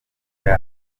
yayo